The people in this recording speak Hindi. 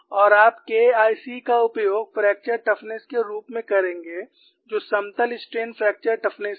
और आप K I c का उपयोग फ्रैक्चर टफनेस के रूप में करेंगे जो समतल स्ट्रेन फ्रैक्चर टफनेस है